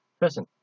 person